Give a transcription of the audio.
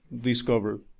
discovered